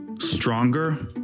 stronger